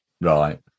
Right